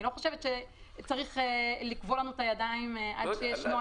אני לא חושבת שצריך לכבול לנו את הידיים עד שיש נוהל.